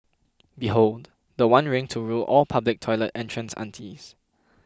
behold the one ring to rule all public toilet entrance aunties